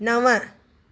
नव